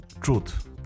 truth